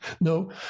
no